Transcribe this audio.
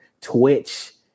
Twitch